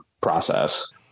process